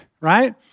right